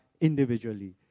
individually